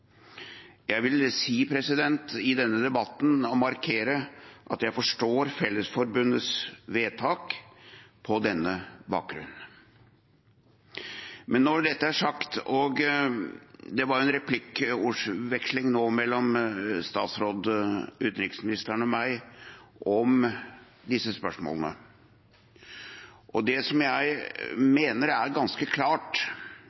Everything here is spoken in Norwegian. Jeg vil i denne debatten si og markere at jeg forstår Fellesforbundets vedtak på denne bakgrunn. Men når dette er sagt: Det var en replikkveksling nå mellom utenriksministeren og meg om disse spørsmålene, og det jeg mener er ganske klart, og som